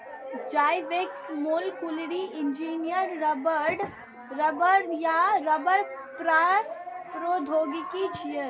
Zyvex molecularly engineered रबड़ नया रबड़ प्रौद्योगिकी छियै